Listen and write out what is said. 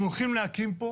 הם הולכים להקים פה